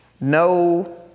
No